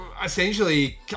essentially